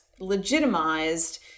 legitimized